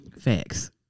facts